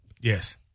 Yes